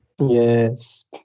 yes